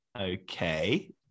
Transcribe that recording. Okay